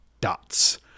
dots